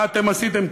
מה אתם עשיתם,